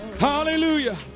Hallelujah